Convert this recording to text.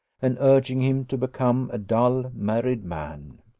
and urging him to become a dull, married man.